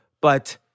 but-